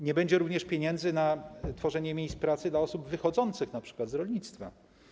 Nie będzie również pieniędzy na tworzenie miejsc pracy dla osób odchodzących np. od rolnictwa.